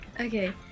Okay